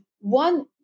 one